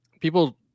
People